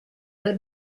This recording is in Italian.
per